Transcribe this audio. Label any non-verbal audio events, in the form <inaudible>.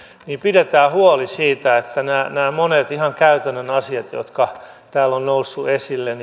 niin pidetään huoli siitä että nämä nämä monet ihan käytännön asiat jotka täällä ovat nousseet esille <unintelligible>